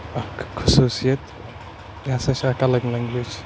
اَکھ خصوٗصیت یہِ ہَسا چھِ اَکھ اَلگ لنٛگویج